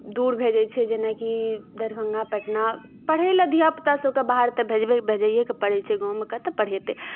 दूर भेजै छै जेनाकि दरभंगा पटना पढ़ै लऽ धिया पूता सबके बाहर तऽ भेजैये परै छै गाँवमे कतऽ पढ़ेतै